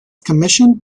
commissioned